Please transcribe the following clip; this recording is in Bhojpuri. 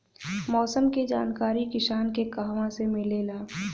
मौसम के जानकारी किसान के कहवा से मिलेला?